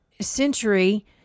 century